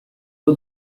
for